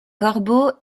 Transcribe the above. corbeau